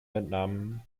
vietnam